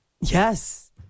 Yes